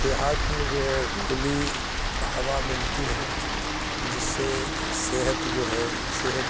دیہات میں جو ہے کھلی ہوا ملتی ہے جس سے صحت جو ہے صحت